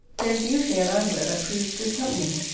there is usually an angler that proves good company.